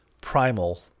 primal